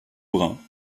brun